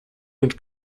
mit